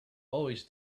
always